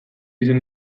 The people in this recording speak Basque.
izen